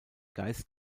geist